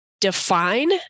define